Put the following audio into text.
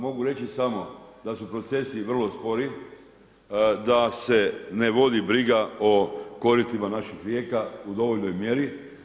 Mogu reći samo da su procesi vrlo spori, da se ne vodi briga o koritima naših rijeka u dovoljnoj mjeri.